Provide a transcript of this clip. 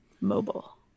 Mobile